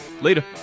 Later